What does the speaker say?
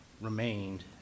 remained